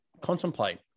contemplate